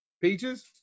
Peaches